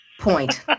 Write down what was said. Point